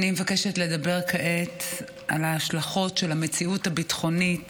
אני מבקשת לדבר כעת על ההשלכות של המציאות הביטחונית